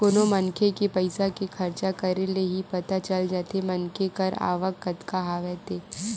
कोनो मनखे के पइसा के खरचा करे ले ही पता चल जाथे मनखे कर आवक कतका हवय ते